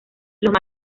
los